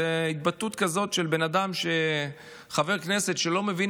זו התבטאות כזאת של בן אדם שהוא חבר כנסת שלא מבין